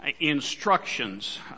instructions